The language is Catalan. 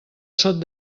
sot